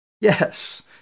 Yes